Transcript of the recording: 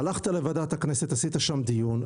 הלכת לוועדת הכנסת ועשית שם דיון,